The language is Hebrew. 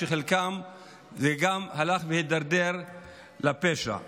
וחלקם גם הלכו והידרדרו לפשע.